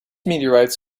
meteorites